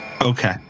Okay